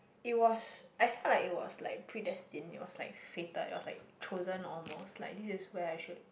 it was I thought like it was like predestiny it was like fated it was like chosen or most like this is where I